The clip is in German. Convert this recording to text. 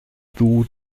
duo